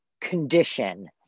condition